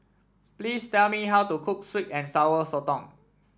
please tell me how to cook sweet and Sour Sotong